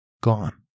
gone